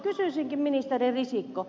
kysyisinkin ministeri risikko